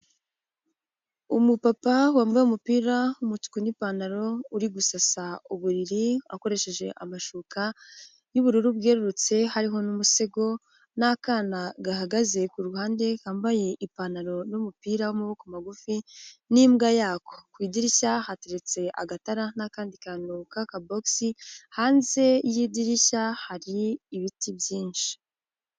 Umupapa wambaye umupira w'umutuku n'ipantaro. Uri gusasa uburiri, akoresheje amashuka y'ubururu bwerurutse hariho n'umusego n'akana gahagaze, kuruhande kambaye ipantaro n'umupira w'amaboko magufi n'imbwa yako. Ku idirishya hateretse agatara n'akandi kantu ka kabogisi. Hanze y'idirishya hari ibiti byinshi.